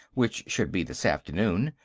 which should be this afternoon,